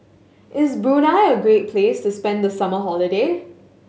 is Brunei a great place to spend the summer holiday